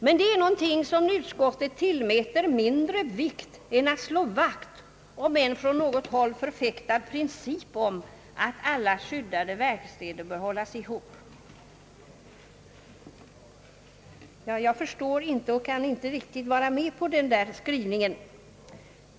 Men det är något som utskottet anser mindre viktigt än att slå vakt om en från visst håll förfäktad princip att alla skyddade verkstäder bör hållas ihop. Jag förstår inte och kan inte riktigt vara med på den där skrivningen.